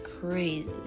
crazy